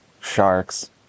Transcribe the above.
Sharks